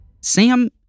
Sam